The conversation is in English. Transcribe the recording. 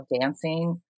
dancing